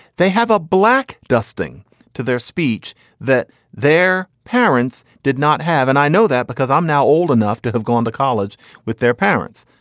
they have a black dusting to their speech that their parents did not have and i know that because i'm now old enough to have gone to college with their parents.